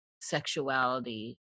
sexuality